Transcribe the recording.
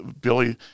Billy